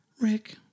Rick